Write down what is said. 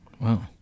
Wow